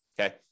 Okay